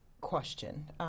question